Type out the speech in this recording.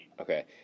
Okay